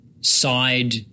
side